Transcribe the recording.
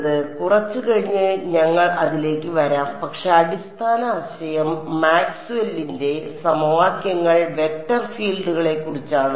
അതിനാൽ കുറച്ച് കഴിഞ്ഞ് ഞങ്ങൾ അതിലേക്ക് വരാം പക്ഷേ അടിസ്ഥാന ആശയം മാക്സ്വെല്ലിന്റെ സമവാക്യങ്ങൾ വെക്റ്റർ ഫീൽഡുകളെക്കുറിച്ചാണ്